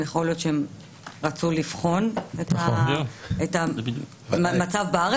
יכול להיות שהם רצו לבחון את המצב בארץ.